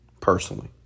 Personally